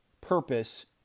purpose